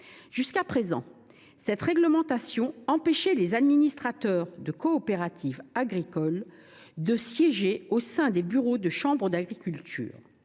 Jusqu’à présent, la réglementation empêchait les administrateurs de coopératives agricoles de siéger au sein des bureaux des chambres d’agriculture,